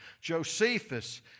Josephus